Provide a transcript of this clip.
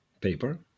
Paper